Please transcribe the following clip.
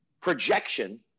projection